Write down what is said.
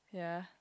ya